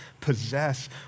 possess